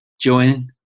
join